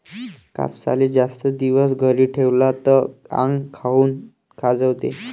कापसाले जास्त दिवस घरी ठेवला त आंग काऊन खाजवते?